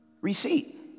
receipt